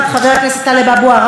חבר הכנסת טלב אבו עראר,